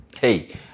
hey